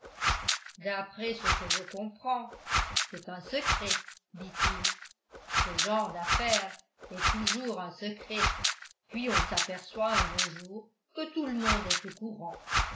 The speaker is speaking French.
d'après ce que je comprends c'est un secret dit-il ce genre d'affaire est toujours un secret puis on s'aperçoit un beau jour que tout le monde est au courant